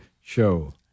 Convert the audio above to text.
Show